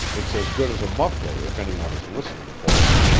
it's as good as a muffler if any one is listening for us.